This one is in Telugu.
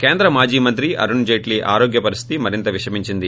కేంద్ర మాజీ మంత్రి అరుణ్ జైట్లీ ఆరోగ్య పరిస్దితి మరింత విషమించింది